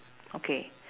okay